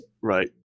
Right